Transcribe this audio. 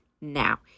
now